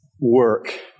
work